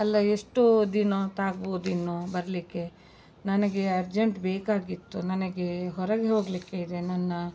ಅಲ್ಲ ಎಷ್ಟು ದಿನ ತಾಗ್ಬೋದು ಇನ್ನೂ ಬರಲಿಕ್ಕೆ ನನಗೆ ಅರ್ಜೆಂಟ್ ಬೇಕಾಗಿತ್ತು ನನಗೆ ಹೊರಗೆ ಹೋಗಲಿಕ್ಕೆ ಇದೆ ನನ್ನ